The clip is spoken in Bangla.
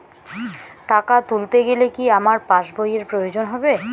টাকা তুলতে গেলে কি আমার পাশ বইয়ের প্রয়োজন হবে?